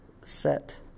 set